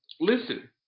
Listen